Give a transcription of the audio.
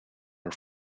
are